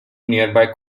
nearby